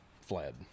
fled